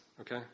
okay